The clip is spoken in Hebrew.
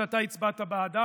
שאתה הצבעת בעדה,